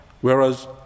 Whereas